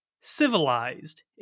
civilized